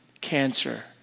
cancer